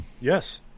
Yes